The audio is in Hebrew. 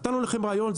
נתנו לכם רעיונות.